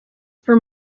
for